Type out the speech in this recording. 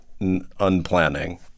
unplanning